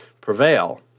prevail